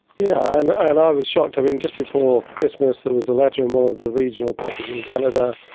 yeah and and i was shocked. i mean, just before christmas there was a letter in one of the regional papers in canada,